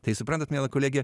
tai suprantat miela kolege